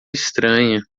estranha